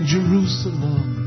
Jerusalem